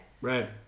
Right